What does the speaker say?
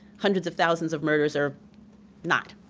hundreds of thousands of murders are not.